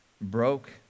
broke